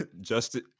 Justin